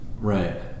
Right